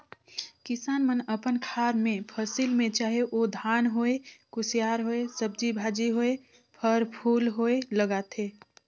किसान मन अपन खार मे फसिल में चाहे ओ धान होए, कुसियार होए, सब्जी भाजी होए, फर फूल होए लगाथे